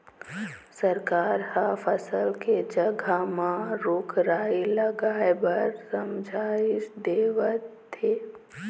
सरकार ह फसल के जघा म रूख राई लगाए बर समझाइस देवत हे